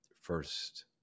first